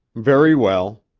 very well.